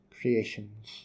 creations